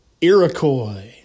Iroquois